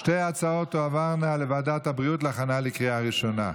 ההצעה להעביר את הצעת ביטוח בריאות ממלכתי (תיקון,